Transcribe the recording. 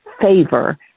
favor